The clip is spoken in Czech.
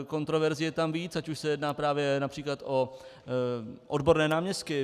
Kontroverzí je tam víc, ať už se jedná právě například o odborné náměstky.